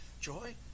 joy